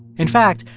in fact,